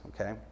okay